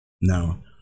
Now